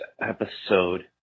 episode